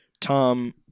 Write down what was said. Tom